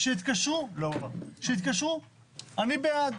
שיתקשרו, אני בעד.